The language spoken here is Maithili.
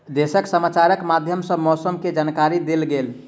देशक समाचारक माध्यम सॅ मौसम के जानकारी देल गेल